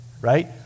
right